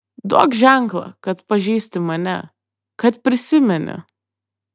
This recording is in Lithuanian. duok ženklą kad pažįsti mane kad prisimeni